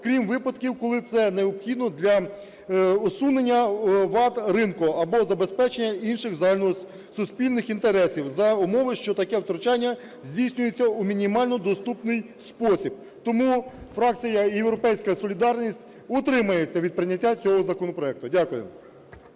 крім випадків, коли це необхідно для усунення вад ринку або забезпечення інших загальносуспільних інтересів за умови, що таке втручання здійснюється у мінімально доступний спосіб. Тому фракція "Європейська солідарність" утримається від прийняття цього законопроекту. Дякую.